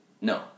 no